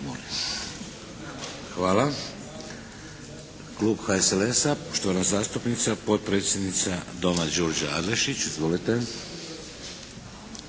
Hvala.